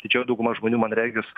didžioji dauguma žmonių man regis